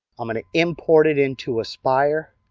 i'm going ah import it into aspire,